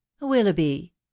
willoughby